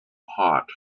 hot